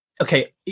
okay